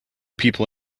people